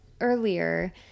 earlier